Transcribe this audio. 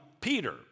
Peter